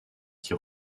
qui